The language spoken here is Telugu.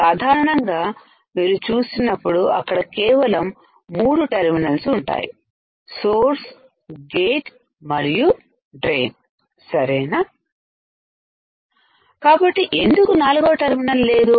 సాధారణంగా మీరు చూసినప్పుడు అక్కడ కేవలం 3 టెర్మినల్స్ ఉంటాయి సోర్స్ గేటు మరియు డ్రైన్ సరేనా కాబట్టి ఎందుకు 4వ టెర్మినల్ లేదు